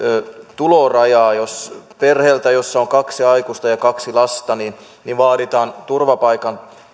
tulorajaa jos perheeltä jossa on kaksi aikuista ja kaksi lasta vaaditaan turvapaikan